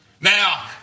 Now